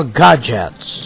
gadgets